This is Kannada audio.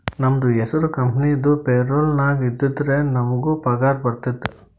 ನಮ್ದು ಹೆಸುರ್ ಕಂಪೆನಿದು ಪೇರೋಲ್ ನಾಗ್ ಇದ್ದುರೆ ನಮುಗ್ ಪಗಾರ ಬರ್ತುದ್